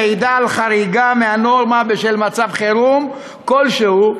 מעידה על חריגה מהנורמה בשל מצב חירום כלשהו,